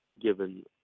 given